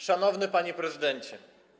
Szanowny Panie Prezydencie!